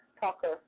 talker